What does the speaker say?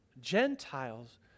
Gentiles